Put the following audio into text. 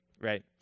right